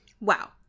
Wow